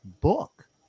book